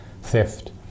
theft